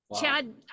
Chad